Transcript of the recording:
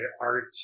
art